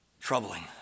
troubling